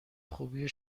خوبی